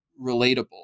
relatable